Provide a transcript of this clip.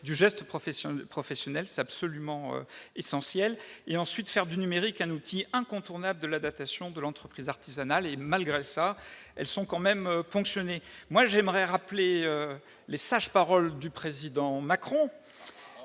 du geste professionnel- c'est absolument essentiel -; faire du numérique un outil incontournable de l'adaptation de l'entreprise artisanale. Malgré cela, elles sont quand même ponctionnées. J'aimerais rappeler les sages paroles du président Macron